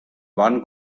one